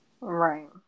Right